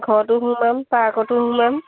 ঘৰতো সোমাম পাৰ্কতো সোমাম